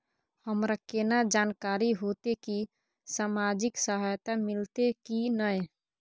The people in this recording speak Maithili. हमरा केना जानकारी होते की सामाजिक सहायता मिलते की नय?